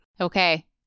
Okay